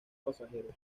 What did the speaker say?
pasajeros